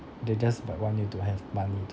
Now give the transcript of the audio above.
they just like want you to have money to